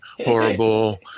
horrible